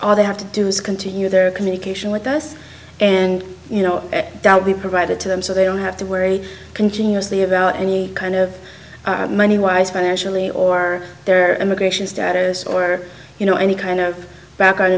l they have to do is continue their communication with us and you know we provided to them so they don't have to worry continuously about any kind of money wise financially or their immigration status or you know any kind of background